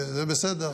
זה בסדר.